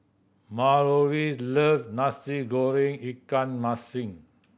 Mallorie love Nasi Goreng ikan masin